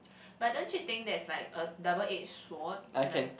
but don't you think that's like a double edged sword like